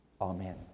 Amen